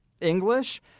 English